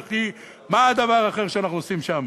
וכי מה הדבר האחר שאנחנו עושים שם